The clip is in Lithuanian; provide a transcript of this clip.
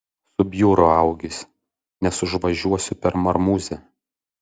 subjuro augis nes užvažiuosiu per marmuzę